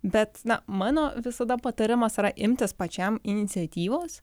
bet na mano visada patarimas yra imtis pačiam iniciatyvos